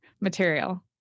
material